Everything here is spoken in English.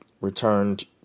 returned